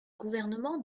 gouvernement